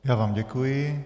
Já vám děkuji.